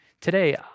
Today